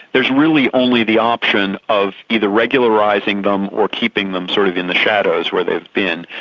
there's really only the option of either regularising them or keeping them sort of in the shadows where they have been.